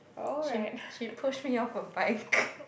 she she pushed me off a bike